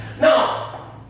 Now